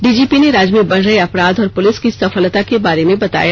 DGP ने राज्य में बढ़ रहे अपराध और पुलिस की सफलता के बारे में बताया